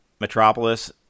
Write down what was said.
Metropolis